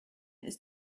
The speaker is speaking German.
ist